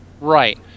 Right